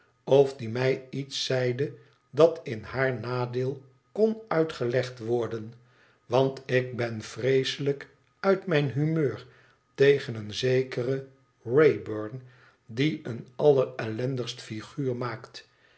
of die mij iets zeide dat in haar nadeel kon uitgelegd worden want iwben vreeselijk uit mijn humeur tegen een zekeren wrayburn die een allerellendigst figuur maakt